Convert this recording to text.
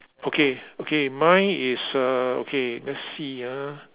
okay okay mine is uh okay let's see ah